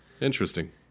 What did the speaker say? Interesting